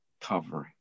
covering